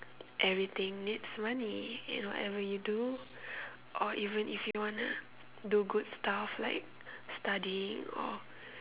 everything needs money in whatever you do or even if you want to do good stuff like study or